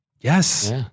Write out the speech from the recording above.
Yes